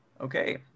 Okay